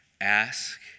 ask